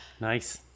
nice